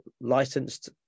licensed